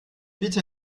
bitte